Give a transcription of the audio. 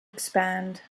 expand